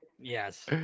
Yes